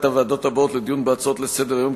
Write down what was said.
הוועדות הבאות לדיון בהצעות לסדר-היום,